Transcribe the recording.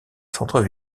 centre